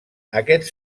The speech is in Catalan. aquests